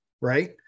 Right